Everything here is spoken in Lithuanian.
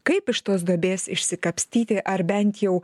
kaip iš tos duobės išsikapstyti ar bent jau